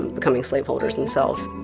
becoming slave holders themselves.